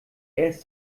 erst